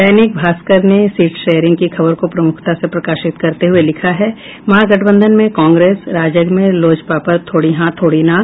दैनिक भास्कर ने seat sharing की खबर को प्रमुखता से प्रकाशित करते हुये लिखा है महागठबंधन में कांग्रेस राजग में लोजपा पर थोड़ी हां थोड़ी ना